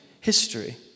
history